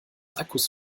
akkus